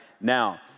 now